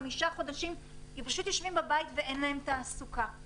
חמישה חודשים - אין להם תעסוקה והם יושבים בבית.